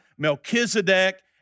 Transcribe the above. Melchizedek